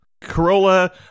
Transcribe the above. corolla